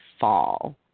fall